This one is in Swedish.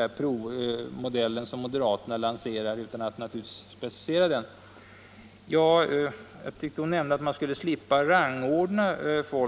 Jag tror att fru Sundberg bl.a. nämnde att man då skulle slippa att rangordna människor.